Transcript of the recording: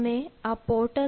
તમે આ portal